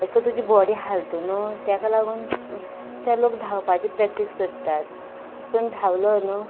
अशें करून तुची बॉडी हालता न्हय ताका लागून ते लोक धांवपाची प्रॅक्टीस करतात अशें करून धांवलो न्हय